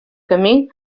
camí